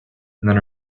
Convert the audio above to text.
then